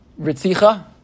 ritzicha